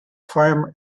farm